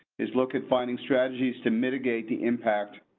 is look at finding strategies to mitigate the impact.